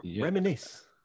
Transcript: reminisce